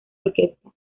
orquesta